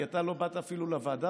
כי אתה לא באת אפילו לוועדה,